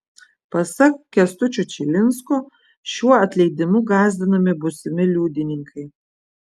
pasak kęstučio čilinsko šiuo atleidimu gąsdinami būsimi liudininkai